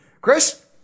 Chris